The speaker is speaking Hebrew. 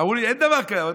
עכשיו אמרו לי: אין דבר כזה.